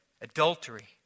adultery